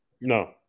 No